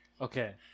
okay